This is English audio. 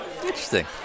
Interesting